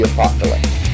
Apocalypse